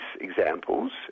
examples